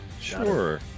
Sure